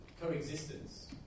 coexistence